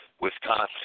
Wisconsin